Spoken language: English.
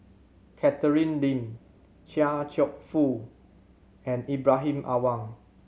Catherine Lim Chia Cheong Fook and Ibrahim Awang